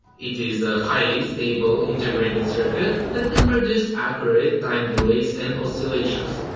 it is a highly stable integrated circuit that can produce accurate time delays and oscillations.